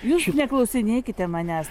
jūs neklausinėkite manęs